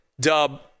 Dub